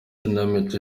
ikinamico